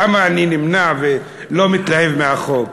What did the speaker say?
למה אני נמנע ולא מתלהב מהחוק?